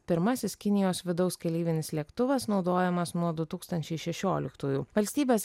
pirmasis kinijos vidaus keleivinis lėktuvas naudojamas nuo du tūkstančiai šešioliktųjų valstybės